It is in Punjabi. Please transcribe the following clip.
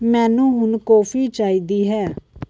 ਮੈਨੂੰ ਹੁਣ ਕੌਫੀ ਚਾਹੀਦੀ ਹੈ